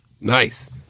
Nice